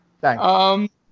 Thanks